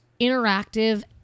interactive